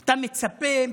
אתה מצפה,